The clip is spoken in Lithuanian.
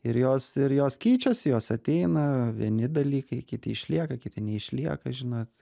ir jos ir jos keičiasi jos ateina vieni dalykai kiti išlieka kiti neišlieka žinot